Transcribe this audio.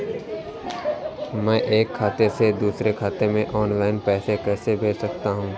मैं एक खाते से दूसरे खाते में ऑनलाइन पैसे कैसे भेज सकता हूँ?